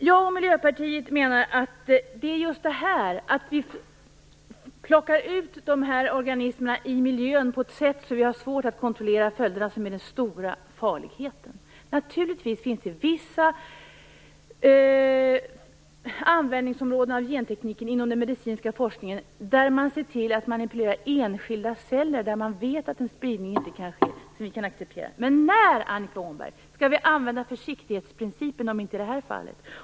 Jag och Miljöpartiet menar att den stora farligheten är just detta: Vi sprider de här organismerna i miljön på ett sätt som gör det svårt att kontrollera följderna. Naturligtvis finns det vissa användningsområden för gentekniken inom den medicinska forskningen - där man ser till att manipulera enskilda celler och vet att en spridning inte kan ske - som vi kan acceptera. Men när, Annika Åhnberg, skall vi använda försiktighetsprincipen om inte i det här fallet?